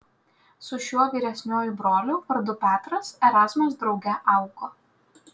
su šiuo vyresniuoju broliu vardu petras erazmas drauge augo